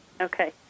Okay